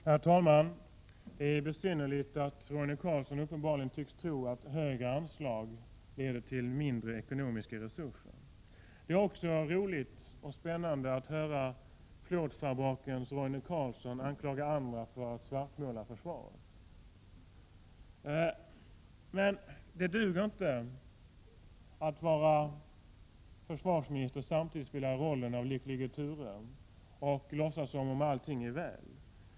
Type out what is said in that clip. Herr talman! Det är besynnerligt att Roine Carlsson uppenbarligen tycks tro att högre anslag leder till mindre ekonomiska resurser. Det är också roligt och spännande att höra plåtschabrakens Roine Carlsson anklaga andra för att svartmåla försvaret. Men det duger inte att vara försvarsminister och samtidigt spela rollen av lycklige Ture och låtsas som om allt är väl.